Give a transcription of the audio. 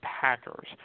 Packers